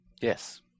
Yes